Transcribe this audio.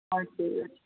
हजुर हजु